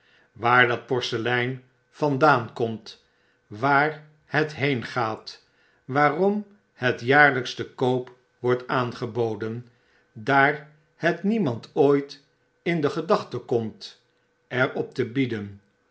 waar dat porselein vandaan komt waar het heengaat waarom het jaarljjks te koop wordt aangeboden daar het niemand ooit in de gedachten komt er optebieden